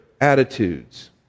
attitudes